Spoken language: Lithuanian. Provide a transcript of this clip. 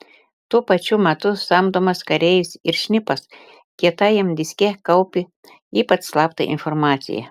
tuo pačiu metu samdomas kareivis ir šnipas kietajam diske kaupi ypač slaptą informaciją